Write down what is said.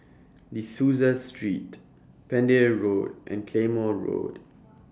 De Souza Street Pender Road and Claymore Road